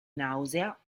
nausea